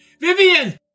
Vivian